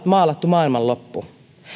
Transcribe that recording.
maalattu maailmanloppu